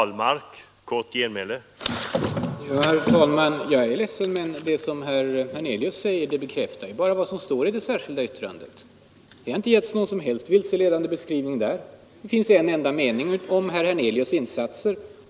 Herr talman! Det herr Hernelius säger bekräftar bara vad som står i det särskilda yttrandet. Det har inte getts någon som helst vilseledande beskrivning där. Det finns en enda mening om herr Hernelius insatser.